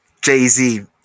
Jay-Z